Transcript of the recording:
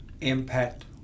impact